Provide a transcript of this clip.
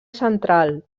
central